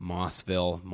Mossville